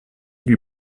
lui